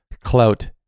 clout